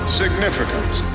significance